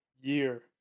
year